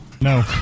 no